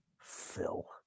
Phil